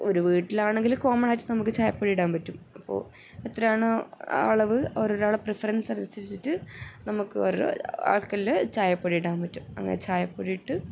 ഒരു വീട്ടിലാണെങ്കിൽ കോമണായിട്ട് നമുക്ക് ചായപ്പൊടി ഇടാൻ പറ്റും അപ്പോൾ എത്രയാണ് അളവ് ഓരോരാളെ പ്രിഫറൻസ് അനുസരിച്ചിട്ട് നമുക്ക് ഓരോ ആൾക്കുള്ള ചായപ്പൊടി ഇടാൻ പറ്റും അങ്ങനെ ചായപ്പൊടി ഇട്ട്